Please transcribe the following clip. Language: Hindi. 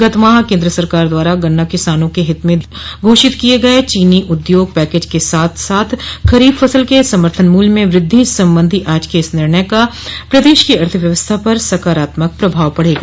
गत माह केन्द्र सरकार द्वारा गन्ना किसानों क हित में घोषित किए गए चीनी उद्योग पैकेज के साथ साथ खरीफ फसल के समर्थन मूल्य में वृद्धि सम्बन्धी आज के इस निर्णय का प्रदेश की अर्थव्यवस्था पर सकारात्मक प्रभाव पड़ेगा